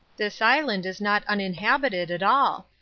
this island is not uninhabited at all.